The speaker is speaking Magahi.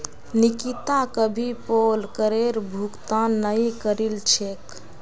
निकिता कभी पोल करेर भुगतान नइ करील छेक